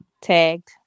Tagged